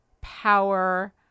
power